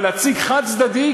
אבל להציג חד-צדדי,